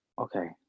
okay